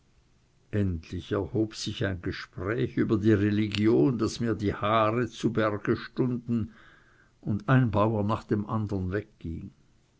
endlich erhob sich ein gespräch über die religion daß mir die haare zu berge stunden und ein bauer nach dem andern